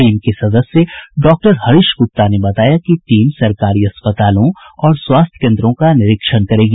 team के सदस्य doctor Harish Gupta ने बताया कि टीम सरकारी अस्पतालों और स्वास्थ्य कोन्द्रों का निरीक्षण करेगी